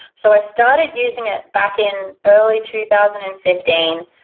so i started using it back in early two thousand and fifteen,